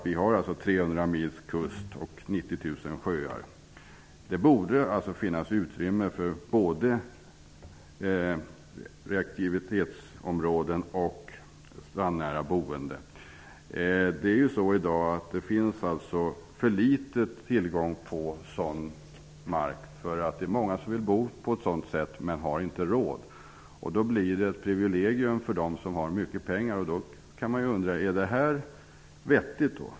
Vi har 300 mils kust och 90 000 sjöar. Det borde finnas utrymme för både rekreationsområden och ett strandnära boende. I dag finns det för liten tillgång på sådan mark. Det är många som vill bo på ett sådant sätt men inte har råd till det. Då blir det ett privilegium för dem som har mycket pengar. Är det vettigt?